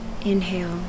Inhale